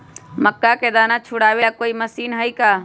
मक्का के दाना छुराबे ला कोई मशीन हई का?